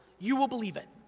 you will believe it.